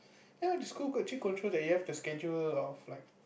ya the school could actually control the you have the schedule of like